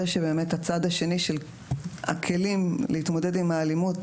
שהצד השני של הכלים להתמודדות עם האלימות,